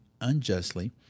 unjustly